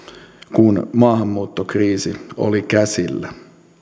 kun maahanmuuttokriisi oli käsillä